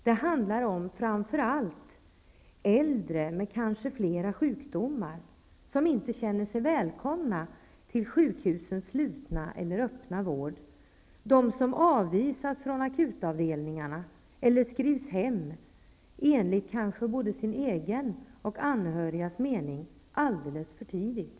Det handlar om de många, framför allt äldre, kanske med flera sjukdomar som inte känner sig välkomna till sjukhusens slutna eller öppna vård, de som avvisas från akutavdelningarna eller skrivs hem - enligt kanske sin egen och anhörigas mening -- för tidigt från vårdavdelningen.